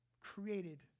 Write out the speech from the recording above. created